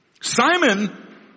Simon